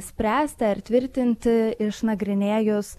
spręsti ar tvirtinti išnagrinėjus